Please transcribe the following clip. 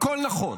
הכול נכון,